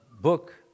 Book